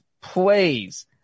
plays